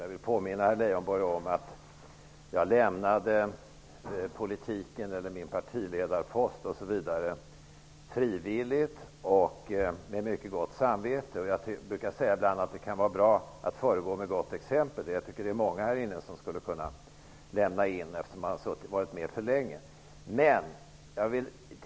Jag vill påminna herr Leijonborg om att jag lämnade min partiledarpost frivilligt och med mycket gott samvete. Jag brukar säga ibland att det kan vara bra att föregå med gott exempel. Jag tycker att det finns många här inne som skulle kunna lämna in eftersom de har varit med för länge.